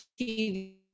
TV